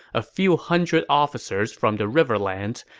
a few hundred officers from the riverlands,